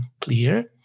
clear